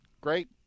Great